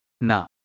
No